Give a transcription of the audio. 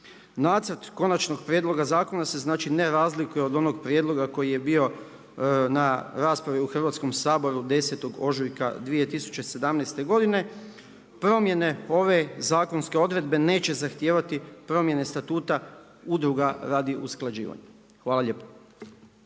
Nacrt konačnog prijedloga zakona se razlikuje od onog prijedloga koji je bio na raspravi u Hrvatskom saboru 10. ožujka 2017. godine. Promjene ove zakonske odredbe neće zahtijevati promjene statuta udruga radi usklađivanja. Hvala lijepo.